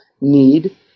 need